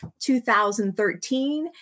2013